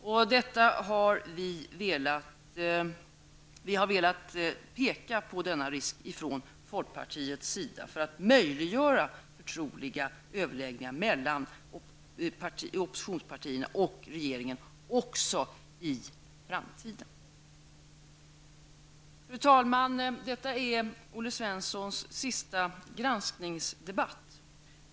Vi har från folkpartiets sida velat peka på denna risk, för att möjliggöra förtroliga överläggningar mellan oppositionspartierna och regeringen också i framtiden. Fru talman! Detta är Olle Svenssons sista granskningsdebatt.